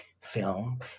film